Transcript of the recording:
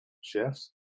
chefs